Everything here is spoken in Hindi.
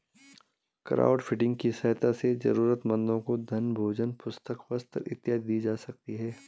क्राउडफंडिंग की सहायता से जरूरतमंदों को धन भोजन पुस्तक वस्त्र इत्यादि दी जा सकती है